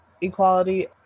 equality